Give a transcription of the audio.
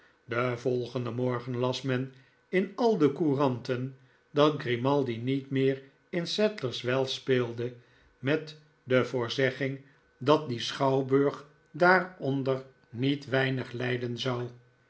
den volgenden morgen las men in al de couranten dat grimaldi niet meer in sadlers wells speelde met de voorzegging dat die schouwburg daaronder niet weinig lijden zou